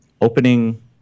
opening